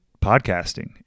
podcasting